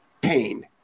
pain